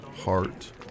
heart